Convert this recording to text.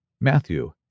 Matthew